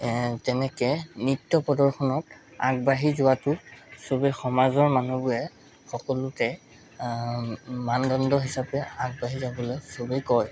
তেনেকৈ নৃত্য প্ৰদৰ্শনক আগবাঢ়ি যোৱাটো সবে সমাজৰ মানুহবোৰে সকলোকে মানদণ্ড হিচাপে আগবাঢ়ি যাবলৈ সবে কয়